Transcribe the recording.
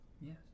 Yes